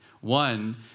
One